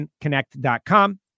connect.com